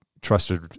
trusted